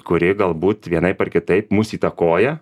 kuri galbūt vienaip ar kitaip mus įtakoja